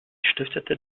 stiftete